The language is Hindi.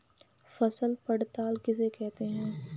फसल पड़ताल किसे कहते हैं?